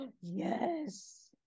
Yes